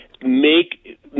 Make